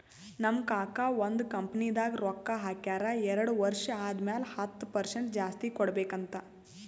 ನಮ್ ಕಾಕಾ ಒಂದ್ ಕಂಪನಿದಾಗ್ ರೊಕ್ಕಾ ಹಾಕ್ಯಾರ್ ಎರಡು ವರ್ಷ ಆದಮ್ಯಾಲ ಹತ್ತ್ ಪರ್ಸೆಂಟ್ ಜಾಸ್ತಿ ಕೊಡ್ಬೇಕ್ ಅಂತ್